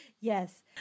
Yes